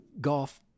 golf